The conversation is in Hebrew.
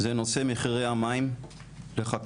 זה נושא מחירי המים לחקלאות,